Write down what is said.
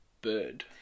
bird